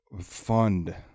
fund